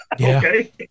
okay